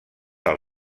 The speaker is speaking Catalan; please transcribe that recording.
del